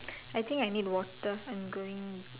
I think I need water I'm going